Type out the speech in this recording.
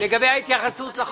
לגבי ההתייחסות לחוק.